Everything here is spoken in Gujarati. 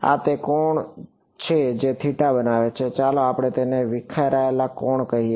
આ તે કોણ છે જે થીટા બનાવે છે ચાલો આપણે તેને વિખેરાયેલા કોણ કહીએ